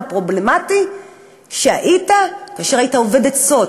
פרובלמטי שהיית כאשר היית אובד עצות,